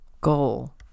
goal